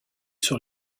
sur